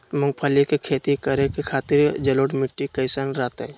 मूंगफली के खेती करें के खातिर जलोढ़ मिट्टी कईसन रहतय?